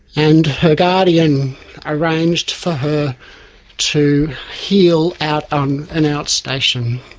and her guardian arranged for her to heal out on an outstation.